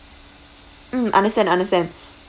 mm understand understand